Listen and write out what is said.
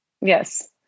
Yes